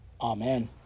Amen